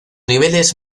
niveles